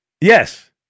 Yes